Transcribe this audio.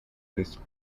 place